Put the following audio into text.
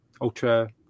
Ultra